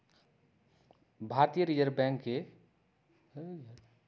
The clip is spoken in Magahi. भारतीय रिजर्व बैंक के प्रमुख काज़ बैंकिंग प्रणाली के दुरुस्त रखनाइ हइ